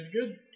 good